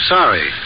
Sorry